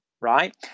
right